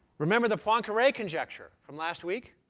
remember the poincare conjecture from last week?